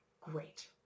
great